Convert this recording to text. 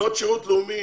שירות לאומי,